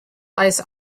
lies